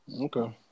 Okay